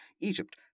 Egypt